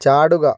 ചാടുക